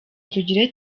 tugire